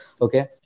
okay